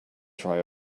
try